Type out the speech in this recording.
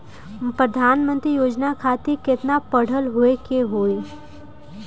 प्रधानमंत्री योजना खातिर केतना पढ़ल होखे के होई?